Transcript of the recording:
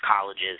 colleges